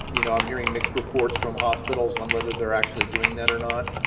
you know, i'm hearing mixed reports from hospitals on whether they're actually doing that or not.